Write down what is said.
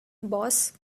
boss